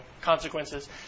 consequences